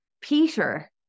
Peter